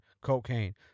cocaine